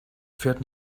fährt